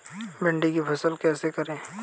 भिंडी की फसल कैसे करें?